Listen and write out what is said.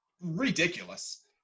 ridiculous